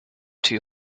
too